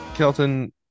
Kelton